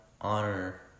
honor